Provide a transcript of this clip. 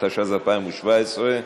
התשע"ז 2017,